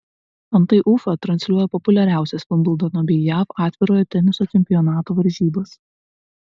antai ufa transliuoja populiariausias vimbldono bei jav atvirojo teniso čempionato varžybas